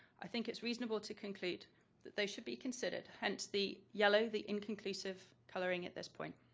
i think it's reasonable to conclude that those should be considered, hence the yellow, the inconclusive coloring at this point.